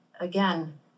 Again